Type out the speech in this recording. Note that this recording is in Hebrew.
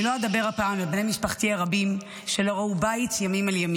אני לא אדבר הפעם על בני משפחתי הרבים שלא ראו את הבית ימים על ימים.